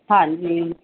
ਹਾਂਜੀ